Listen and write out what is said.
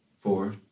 four